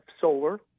solar